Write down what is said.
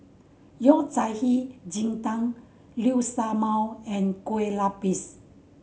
Yao Cai Hei Ji Tang Liu Sha Bao and Kueh Lapis